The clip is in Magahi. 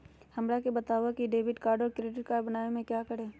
हमरा के बताओ की डेबिट कार्ड और क्रेडिट कार्ड बनवाने में क्या करें?